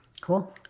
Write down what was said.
Cool